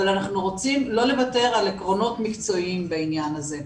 אבל אנחנו רוצים לא לוותר על עקרונות מקצועיים בעניין הזה.